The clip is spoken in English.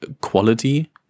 quality